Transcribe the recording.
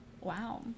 Wow